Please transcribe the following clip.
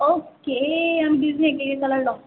okay আমি দুইজনী একে একে কালাৰ ল'ম